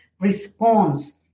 response